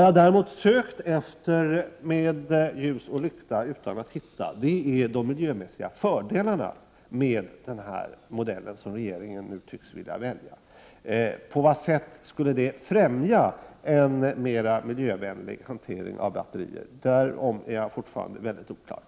Jag har med ljus och lykta sökt efter de miljömässiga fördelarna med den modell som regeringen nu tycks vilja välja. På vad sätt skulle den främja en mer miljövänlig hantering av batterier? På den punkten är jag fortfarande mycket osäker.